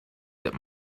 that